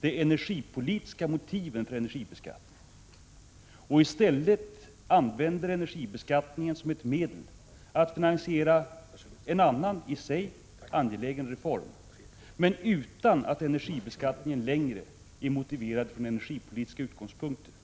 de energipolitiska motiven för energibeskattningen. I stället används energibeskattningen som ett medel för att finansiera en annan, i sig angelägen, reform men utan att energibeskattningen längre är motiverad från energipolitiska utgångspunkter.